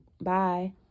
Bye